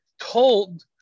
told